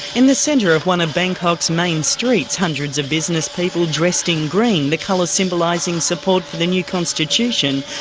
in the centre of one of bangkok's main streets, hundreds of businesspeople, dressed in green, the colour symbolising support for the new constitution,